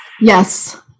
Yes